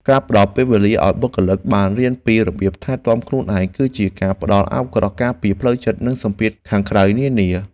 ការផ្ដល់ពេលវេលាឱ្យបុគ្គលិកបានរៀនពីរបៀបថែទាំខ្លួនឯង គឺជាការផ្ដល់អាវក្រោះការពារផ្លូវចិត្តពីសម្ពាធខាងក្រៅនានា។